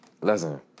listen